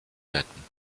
retten